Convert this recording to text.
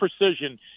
precision